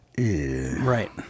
Right